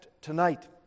tonight